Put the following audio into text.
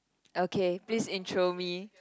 okay please intro me